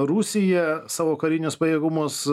rusija savo karinius pajėgumus